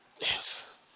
yes